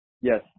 Yes